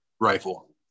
rifle